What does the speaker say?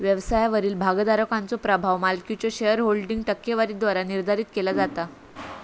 व्यवसायावरील भागोधारकाचो प्रभाव मालकीच्यो शेअरहोल्डिंग टक्केवारीद्वारा निर्धारित केला जाता